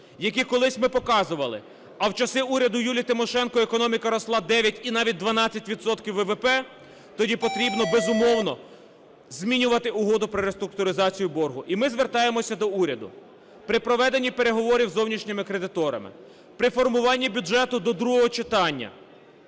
які колись ми показували, а в часи уряду Юлії Тимошенко економіка росла 9 і навіть 12 відсотків ВВП, тоді потрібно, безумовно, змінювати угоду про реструктуризацію боргу. І ми звертаємося до уряду: при проведенні переговорів із зовнішніми кредиторами, при формуванні бюджету до другого читання